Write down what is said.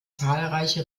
zahlreiche